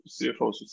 CFOs